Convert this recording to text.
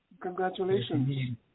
Congratulations